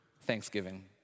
thanksgiving